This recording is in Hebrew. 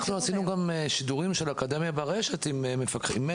אנחנו עשינו גם שידורים של אקדמיה ברשת עם מאיר